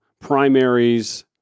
primaries